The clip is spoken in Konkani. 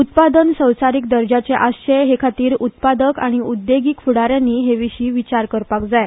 उत्पादन संवसारीक दर्जाचें आसचें हे खातीर उत्पादक आनी उद्देगीक फुडाऱ्यांनी हे विशीं विचार करपाक जाय